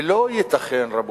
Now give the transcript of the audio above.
ולא ייתכן, רבותי,